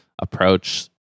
approach